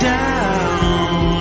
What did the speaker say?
down